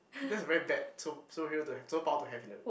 that's a very bad sup~ superhero to have super power to have in the